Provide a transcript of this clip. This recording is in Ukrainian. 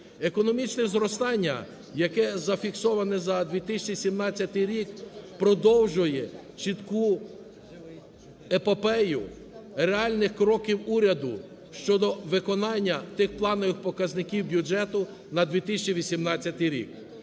Економічне зростання, яке зафіксоване за 2017 рік, продовжує чітку епопею реальних кроків уряду щодо виконання тих планових показників бюджету на 2018 рік.